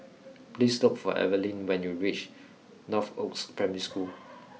please look for Evaline when you reach Northoaks Primary School